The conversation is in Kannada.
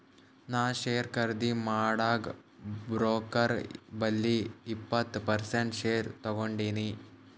ನಾ ಶೇರ್ ಖರ್ದಿ ಮಾಡಾಗ್ ಬ್ರೋಕರ್ ಬಲ್ಲಿ ಇಪ್ಪತ್ ಪರ್ಸೆಂಟ್ ಶೇರ್ ತಗೊಂಡಿನಿ